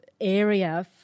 area